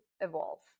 evolve